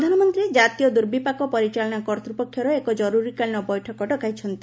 ପ୍ରଧାନମନ୍ତ୍ରୀ କାତୀୟ ଦୁର୍ବିପାକ ପରିଚାଳନା କର୍ତ୍ତୃପକ୍ଷର ଏକ ଜରୁରୀକାଳୀନ ବୈଠକ ଡକାଇଛନ୍ତି